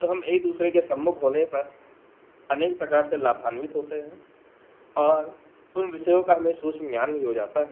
तो हम एक दूसरे के सम्मुख होने पर अनेक प्रकार से लाभान्वित होते हैं और उन विषयों का हमें सूक्ष्म ज्ञान भी हो जाता है